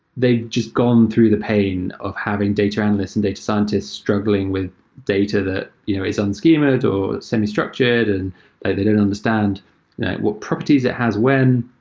they've just gone through the pain of having data analysts and data scientists struggling with data that you know is un-schemed or semi structured and they they don't understand what properties it has when.